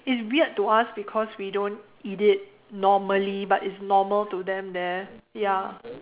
it's weird to us because we don't eat it normally but it's normal to them there ya